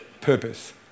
purpose